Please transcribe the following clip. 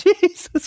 Jesus